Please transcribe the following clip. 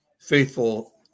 faithful